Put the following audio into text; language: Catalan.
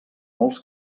molts